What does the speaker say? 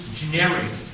generic